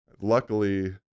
luckily